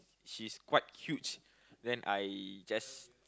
she's quite huge then I just